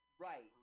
Right